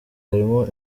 harimo